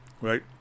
right